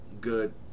good